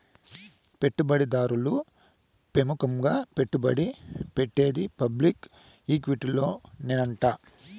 పెట్టుబడి దారులు పెముకంగా పెట్టుబడి పెట్టేది పబ్లిక్ ఈక్విటీలోనేనంట